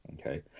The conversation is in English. Okay